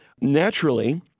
Naturally